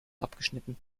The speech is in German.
abgeschnitten